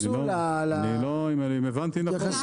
הבנתי נכון.